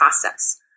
process